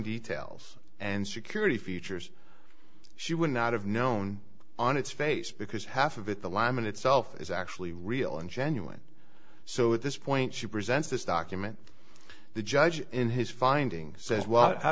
details and security features she would not have known on its face because half of it the lamb in itself is actually real and genuine so this point she presents this document the judge in his finding says well how